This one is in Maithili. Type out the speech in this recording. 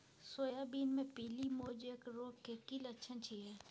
सोयाबीन मे पीली मोजेक रोग के की लक्षण छीये?